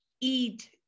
eat